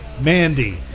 Mandy